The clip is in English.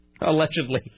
Allegedly